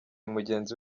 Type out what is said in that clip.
mugenzi